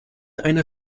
einer